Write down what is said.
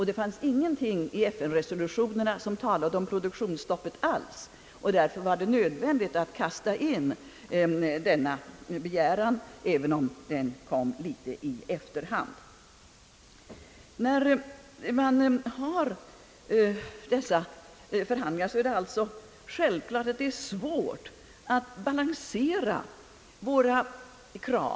Det finns ingenting i FN resolutionerna som ger Genevekommittén direktiv att förhandla om produktionsstopp, och därför var det nödvändigt att formulera denna begäran säskilt, även om den därigenom kom att stå litet i efterhand. I dessa förhandlingar är det självklart svårt att balansera kraven.